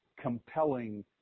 compelling